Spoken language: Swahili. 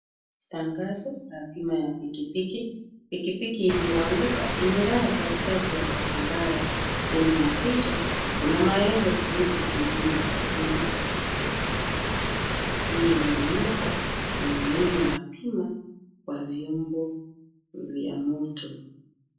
Tangazo ya bima ya pikipiki. Pikipiki iliyoanguka imelala katikati ya barabara. Chini ya picha kuna maelezo kuhusu huduma za bima na bei zake. Hii inaonyesha umuhimu wa bima kwa vyombo vya motor .